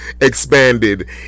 expanded